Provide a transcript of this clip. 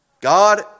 God